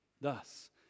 Thus